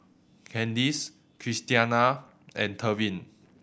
Candice Christiana and Tevin